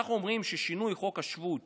כשאנחנו אומרים ששינוי חוק השבות